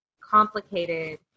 complicated